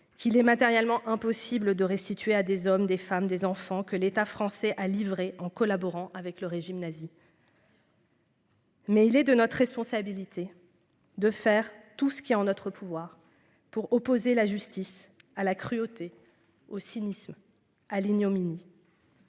qu'il est matériellement impossible de restituer à des hommes, des femmes, des enfants, que l'État français a livré en collaborant avec le régime nazi. Mais il est de notre responsabilité. De faire tout ce qui est en notre pouvoir pour opposer la justice à la cruauté au cynisme à l'ignominie.